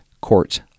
courts